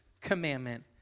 commandment